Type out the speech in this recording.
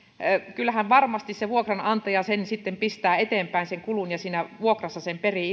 kyllähän varmasti se vuokranantaja sen kulun sitten pistää eteenpäin ja siinä vuokrassa perii